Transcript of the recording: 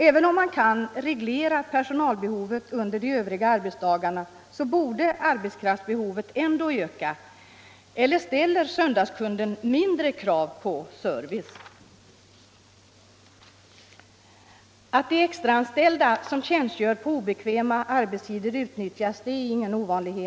Man kan naturligtvis reglera personalbehovet under de övriga arbetsdagarna, men arbetskraftsbehovet borde ändå öka. Eller ställer söndagskunden mindre krav på service? Att de extraanställda som tjänstgör på obekväma arbetstider utnyttjas är ingen ovanlighet.